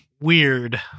Weird